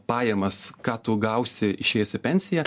pajamas ką tu gausi išėjęs į pensiją